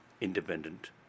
independent